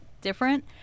different